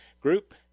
Group